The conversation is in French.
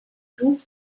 jour